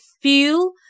feel